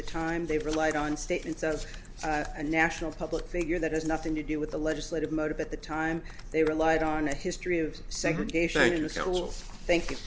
the time they relied on statements of a national public figure that has nothing to do with the legislative motive at the time they relied on the history of segregation in the schools thank you